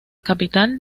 capital